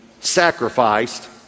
sacrificed